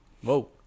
Whoa